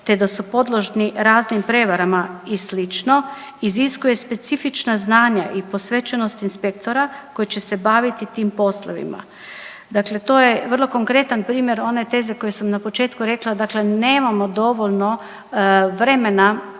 te da su podložni raznim prevarama i sl. iziskuje specifična znanja i posvećenost inspektora koji će se baviti tim poslovima. Dakle, to je vrlo konkretan primjer one teze koju sam na početku rekla, dakle nemamo dovoljno vremena